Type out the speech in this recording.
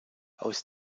aus